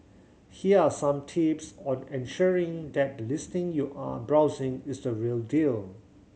here are some tips on ensuring that the listing you are browsing is the real deal